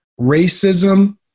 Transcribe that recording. racism